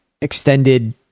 extended